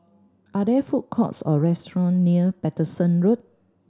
are there food courts or restaurants near Paterson Road